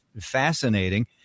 fascinating